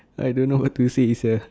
I don't know what to say is sia